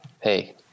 hey